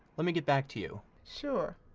let me get back to you. sure.